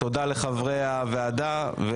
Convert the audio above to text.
תודה לחברי הוועדה.